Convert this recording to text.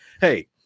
hey